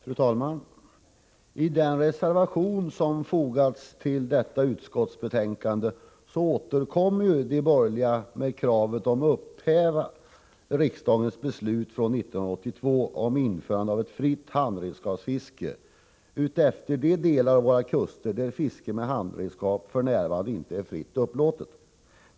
Fru talman! I den reservation som fogats till detta betänkande återkommer de borgerliga med kravet på ett upphävande av riksdagens beslut från 1982 om införandet av ett fritt handredskapsfiske utefter de kuststräckor där fiske med handredskap f.n. inte är fritt upplåtet.